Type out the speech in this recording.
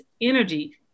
energy